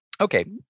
okay